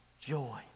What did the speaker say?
joy